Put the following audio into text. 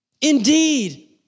indeed